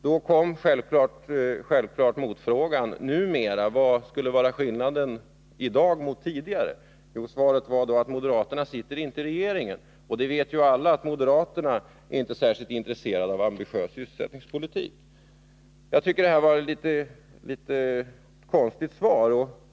Då kom självklart motfrågan: ”Numera? Vad skulle vara skillnaden i dag mot tidigare?” Svaret var att moderaterna inte satt i regeringen längre, och det vet ju alla att moderaterna inte är särskilt intresserade av en ambitiös sysselsättningspolitik. Jag tycker att detta var ett konstigt svar.